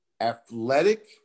Athletic